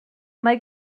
mae